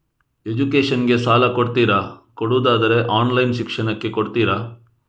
Education ಗೆ ಸಾಲ ಕೊಡ್ತೀರಾ, ಕೊಡುವುದಾದರೆ ಆನ್ಲೈನ್ ಶಿಕ್ಷಣಕ್ಕೆ ಕೊಡ್ತೀರಾ?